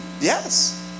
Yes